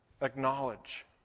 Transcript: acknowledge